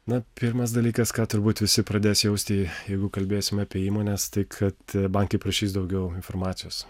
na pirmas dalykas ką turbūt visi pradės jausti jeigu kalbėsime apie įmones tai kad bankai prašys daugiau informacijos